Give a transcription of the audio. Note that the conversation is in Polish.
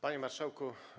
Panie Marszałku!